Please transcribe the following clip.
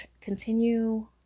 continue